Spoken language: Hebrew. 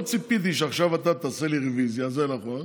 לא ציפיתי שעכשיו תעשה לי רוויזיה, זה נכון,